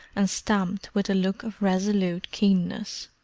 and stamped with a look of resolute keenness.